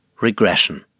regression